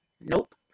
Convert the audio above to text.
Nope